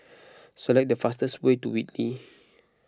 select the fastest way to Whitley